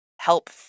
help